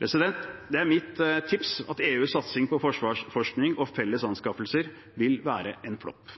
Det er mitt tips at EUs satsing på forsvarsforskning og felles anskaffelser vil være en flopp.